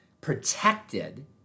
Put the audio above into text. protected